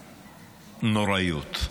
נוראיות.